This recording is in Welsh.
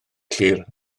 clir